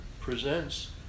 Presents